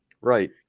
Right